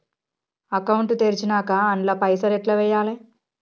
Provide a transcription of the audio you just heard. Account తెరిచినాక అండ్ల పైసల్ ఎట్ల వేయాలే?